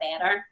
better